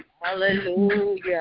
Hallelujah